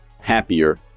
happier